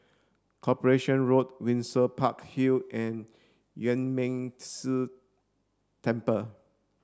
Corporation Road Windsor Park Hill and Yuan Ming Si Temple